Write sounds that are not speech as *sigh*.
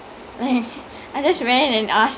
ah *laughs*